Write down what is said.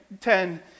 ten